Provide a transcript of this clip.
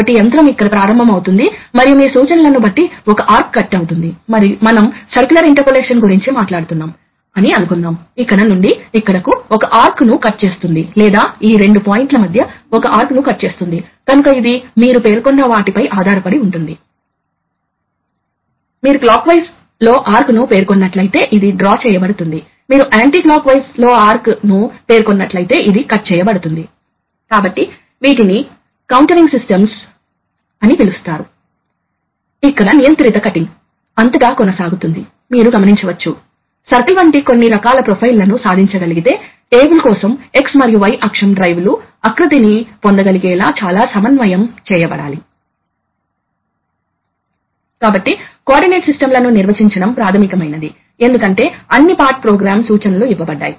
కాబట్టి సాధారణంగా ఫోర్స్ విలువ కరెంటు మరియు డిస్ప్లేసెమెంట్ మీద ఆధారపడి మారుతుంది ఎందుకంటే ఇది ప్రాథమికంగా ఫ్లక్స్ మీద మరియు ఫ్లక్స్ కరెంటు మీద ఆధారపడి ఉంటుంది ఎందుకంటే కరెంటు మాగ్నెటో మోటివ్ ఫోర్స్ ని నిర్ణయిస్తుంది మరియు అది కదలికల సమయంలో మారుతూ ఉండే అంతరం మీద ఆధారపడి ఉండే ఫ్లక్స్ మార్గం యొక్క రేలక్టన్స్ పై కూడా ఆధారపడి ఉంటుంది కాబట్టి ఫోర్స్ లక్షణాలు కరెంటు తో పాటు పొజిషన్ మీద కూడా ఆధారపడి ఉంటాయి